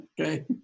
Okay